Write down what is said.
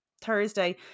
Thursday